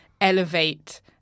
elevate